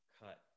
cut